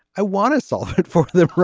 i want to solve it for the